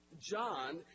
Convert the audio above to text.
John